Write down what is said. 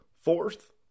fourth